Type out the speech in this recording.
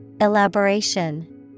Elaboration